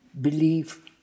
belief